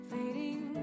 Fading